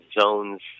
zones